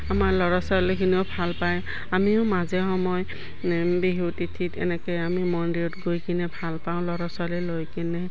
আমাৰ ল'ৰা ছোৱালীখিনিও ভাল পায় আমিও মাজে সময় বিহু তিথিত এনেকৈ আমি মন্দিৰত গৈ কিনে ভাল পাওঁ ল'ৰা ছোৱালী লৈ কিনে